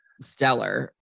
stellar